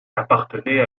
appartenait